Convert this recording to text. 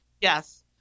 Yes